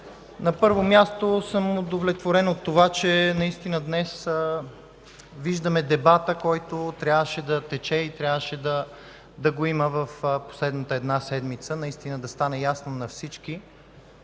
На първо място съм удовлетворен от това, че наистина днес виждаме дебата, който трябваше да тече и трябваше да го има в последната една седмица, наистина да стане ясно на всички